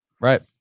Right